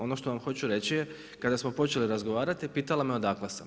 Ono što vam hoću reći je kada smo počeli razgovarati pitala me odakle sam.